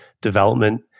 development